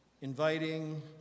inviting